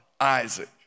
Isaac